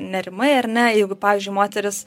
nerimai ar ne jeigu pavyzdžiui moteris